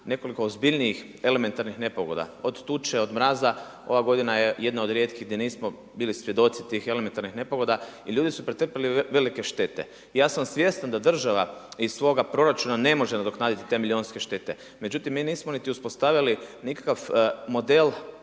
nekoliko ozbiljnijih elementarnih nepogoda, od tuče, mraza, ova g. je jedna od rijetkih gdje nismo bili svjedoci tih elementarnih nepogoda i ljudi su pretrpili velike štete. Ja sam svjestan da država iz svoga proračuna ne može nadoknaditi te milijunske štete. Međutim, mi nismo ni uspostavili nikakva model